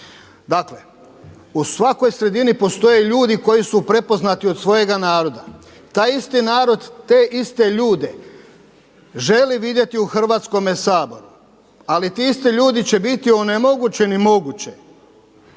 Dakle u svakoj sredini postoje ljudi koji su prepoznati od svojega naroda. Taj isti narod te iste ljude želi vidjeti u Hrvatskome saboru, ali ti isti ljudi će biti onemogućeni moguće